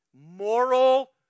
Moral